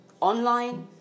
online